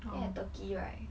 at turkey right